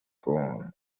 gone